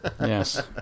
yes